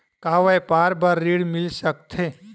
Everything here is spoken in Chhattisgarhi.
का व्यापार बर ऋण मिल सकथे?